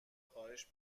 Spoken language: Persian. خواهش